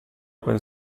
open